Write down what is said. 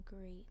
great